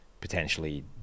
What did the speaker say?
potentially